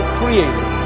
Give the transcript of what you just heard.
created